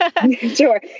Sure